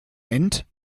end